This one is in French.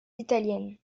italiennes